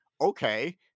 Okay